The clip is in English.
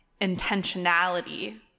intentionality